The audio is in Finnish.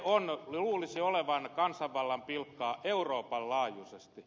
sen luulisi olevan kansanvallan pilkkaa euroopan laajuisesti